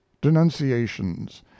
denunciations